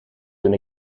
toen